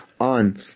on